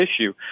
issue